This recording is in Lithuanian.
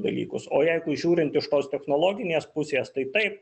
dalykus o jeigu žiūrint iš tos technologinės pusės tai taip